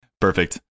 Perfect